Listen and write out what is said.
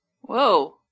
Whoa